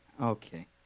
okay